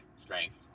strength